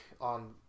on